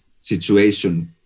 situation